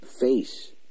face